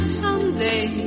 someday